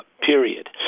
period